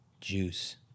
juice